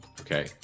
Okay